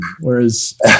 Whereas